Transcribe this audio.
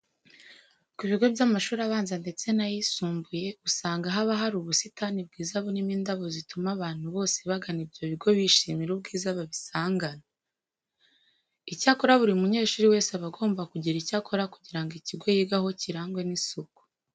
Ku bigo by'amashuri abanza ndetse n'ayisumbuye usanga haba hari ubusitani bwiza burimo indabo zituma abantu bose bagana ibyo bigo bishimira ubwiza babisangana. Icyakora buri munyeshuri wese aba agomba kugira icyo akora kugira ngo ikigo yigaho kirangwe n'isuku.